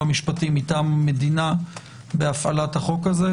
משפטי מטעם המדינה בהפעלת החוק הזה,